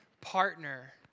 partner